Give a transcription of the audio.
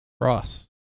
Ross